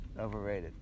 overrated